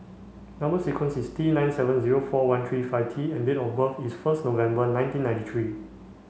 number sequence is T nine seven four one three five T and date of birth is first November nineteen ninety three